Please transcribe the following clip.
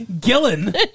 Gillen